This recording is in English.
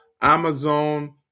Amazon